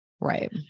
Right